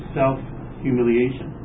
self-humiliation